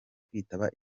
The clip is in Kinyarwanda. kwitaba